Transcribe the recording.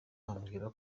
bambwira